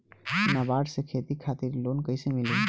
नाबार्ड से खेती खातिर लोन कइसे मिली?